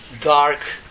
dark